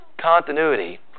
Continuity